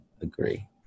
agree